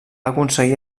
aconseguir